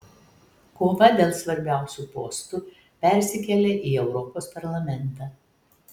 kova dėl svarbiausių postų persikelia į europos parlamentą